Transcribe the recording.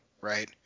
Right